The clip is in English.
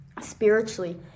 spiritually